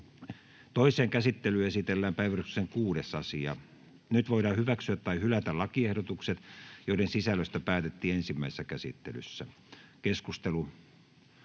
Toiseen käsittelyyn esitellään päiväjärjestyksen 4. asia. Nyt voidaan hyväksyä tai hylätä lakiehdotukset, joiden sisällöstä päätettiin ensimmäisessä käsittelyssä. — Keskustelu,